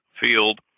field